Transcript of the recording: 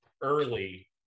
early